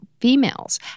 females